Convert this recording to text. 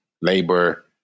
labor